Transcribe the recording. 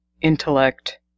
intellect